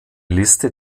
liste